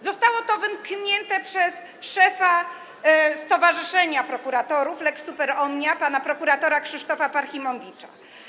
Zostało to wytknięte przez szefa Stowarzyszenia Prokuratorów „Lex super omnia” pana prokuratora Krzysztofa Parchimowicza.